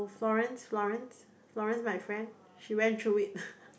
Florence Florence Florence my friend she went through it